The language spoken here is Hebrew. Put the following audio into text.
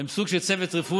הם סוג של צוות רפואי